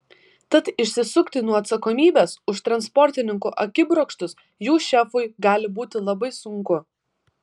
tad išsisukti nuo atsakomybės už transportininkų akibrokštus jų šefui gali būti labai sunku